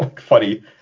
funny